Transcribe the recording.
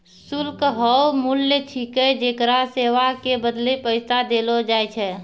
शुल्क हौअ मूल्य छिकै जेकरा सेवा के बदले पैसा देलो जाय छै